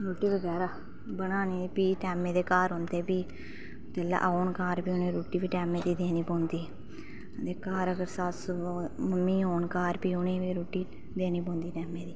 रुट्टी बगैरा बनानी ते फ्ही टाइमे दे घर ओंदे फिह् ते जेहले न घर फिह् उंहेगी रुट्टी बी टाइम दी देनी पौंदी घर अगर साफ सफाई मम्मी होन घर फ्ही उनें ई बी रुट्टी देनी पौंदी टाइम दी